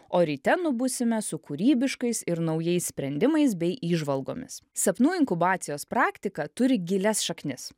o ryte nubusime su kūrybiškais ir naujais sprendimais bei įžvalgomis sapnų inkubacijos praktika turi gilias šaknis